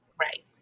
Right